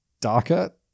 darker